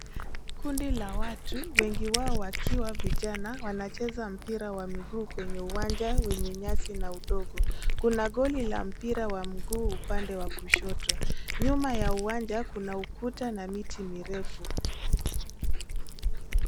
Kundi la watu wengi wao wakiwa vijana wanacheza mpira wa miguu kwenye uwanja wenye nyasi na udongo , kuna goli la mpira wa mguu upande wa kushoto. Nyuma ya uwanja kuna ukuta na miti mirefu.